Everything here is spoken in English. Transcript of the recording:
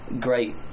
great